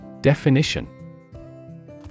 Definition